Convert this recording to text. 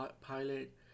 pilot